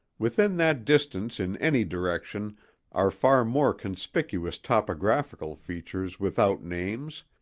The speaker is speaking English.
within that distance in any direction are far more conspicuous topographical features without names,